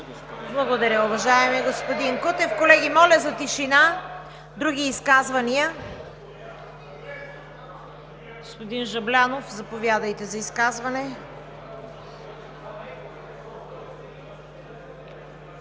Благодаря, уважаеми господин Кутев. (Шум и реплики.) Колеги, моля за тишина! Други изказвания? Господин Жаблянов, заповядайте за изказване.